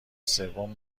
سوم